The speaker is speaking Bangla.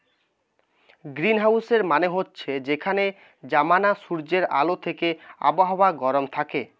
গ্রীনহাউসের মানে হচ্ছে যেখানে জমানা সূর্যের আলো থিকে আবহাওয়া গরম থাকে